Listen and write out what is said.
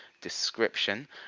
description